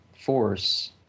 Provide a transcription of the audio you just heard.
force